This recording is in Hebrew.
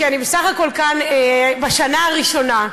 כי אני בסך הכול כאן בשנה הראשונה,